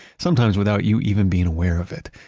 sometimes without you even being aware of it.